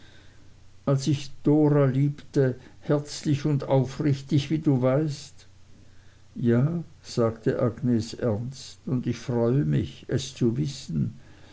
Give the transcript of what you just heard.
als ich dora liebte herzlich und aufrichtig wie du weißt ja sagte agnes ernst und ich freue mich es zu wissen